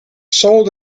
sold